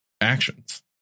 actions